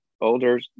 older